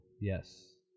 Yes